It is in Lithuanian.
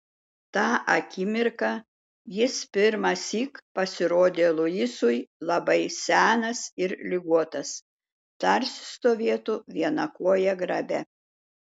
tą akimirką jis pirmąsyk pasirodė luisui labai senas ir ligotas tarsi stovėtų viena koja grabe